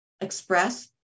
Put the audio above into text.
Express